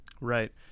Right